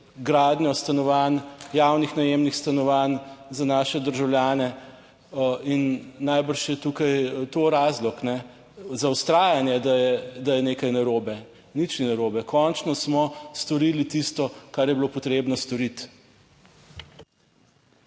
gradnjo stanovanj, javnih najemnih stanovanj za naše državljane, in najbrž je tukaj to razlog za vztrajanje, da je nekaj narobe, nič ni narobe, končno smo storili tisto, kar je bilo potrebno storiti.